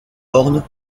ornent